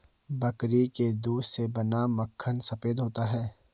बकरी के दूध से बना माखन सफेद होता है